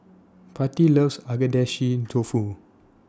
Patti loves Agedashi Dofu